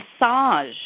massage